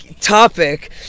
topic